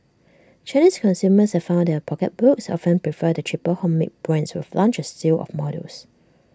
Chinese consumers have found their pocketbooks often prefer the cheaper homemade brands which have launched A slew of models